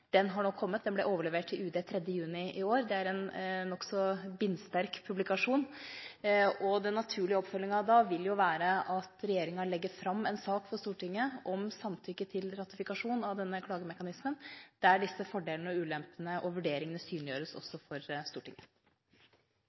har nå kommet. Den ble overlevert til UD 3. juni i år. Det er en nokså bindsterk publikasjon. Den naturlige oppfølgingen da vil jo være at regjeringa legger fram en sak for Stortinget om samtykke til ratifikasjon av denne klagemekanismen, der disse fordelene, ulempene og vurderingene synliggjøres også for Stortinget.